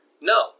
No